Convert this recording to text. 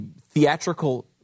theatrical